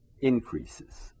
increases